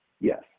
Yes